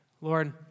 Lord